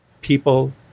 people